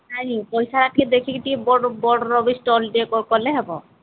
ନାଇଁ ପଇସା ଟିକେ ଦେଖିକି ଟିକେ ବଡ଼ ବଡ଼ର ଷ୍ଟଲ୍ଟିଏ କଲେ ହେବ